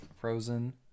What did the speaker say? Frozen